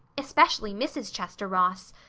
especially mrs. chester ross.